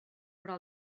però